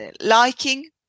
liking